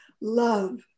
Love